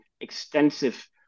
extensive